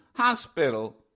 hospital